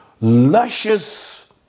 luscious